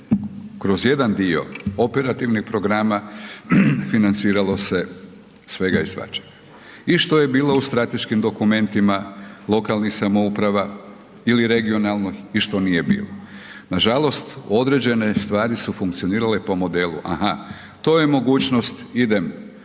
kroz jedan dio operativnih programa, financiralo se svega i svačega, i što je bilo u strateškim dokumentima lokalnih samouprava ili regionalnog i što nije bilo. Nažalost, određene stvari su funkcionirale po modelu, aha to je mogućnost, idem